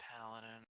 paladin